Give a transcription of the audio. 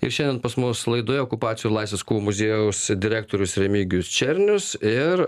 ir šiandien pas mus laidoje okupacijų ir laisvės kovų muziejaus direktorius remigijus černius ir